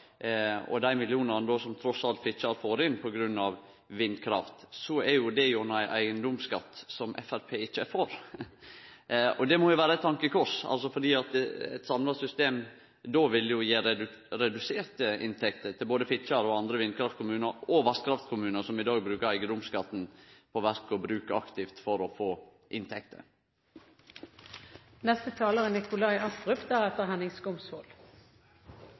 og dei millionane som trass alt Fitjar får inn på grunn av vindkraft, er det ein eigedomsskatt som Framstegspartiet ikkje er for. Det må vere eit tankekors fordi eit samla system vil gje reduserte inntekter til både Fitjar og andre vindkraftkommunar og vasskraftkommunar som i dag bruker eigedomsskatten aktivt på verk og bruk for å få